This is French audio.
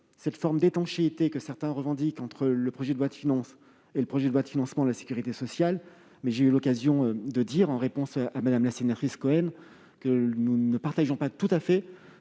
une forme d'étanchéité entre le projet de loi de finances et le projet de loi de financement de la sécurité sociale. Néanmoins, j'ai eu l'occasion de dire, en réponse à Mme la sénatrice Cohen, que nous ne partagions pas tout à fait